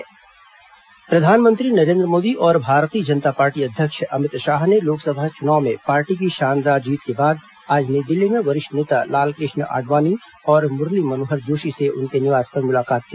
प्रधानमंत्री आडवाणी जोशी प्रधानमंत्री नरेन्द्र मोदी और भारतीय जनता पार्टी अध्यक्ष अमित शाह ने लोकसभा चुनाव में पार्टी की शानदार जीत के बाद आज नई दिल्ली में वरिष्ठ नेता लालक़ेष्ण आडवाणी और मुरली मनोहर जोशी से उनके निवास पर मुलाकात की